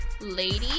lady